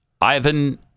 Ivan